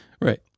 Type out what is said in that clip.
Right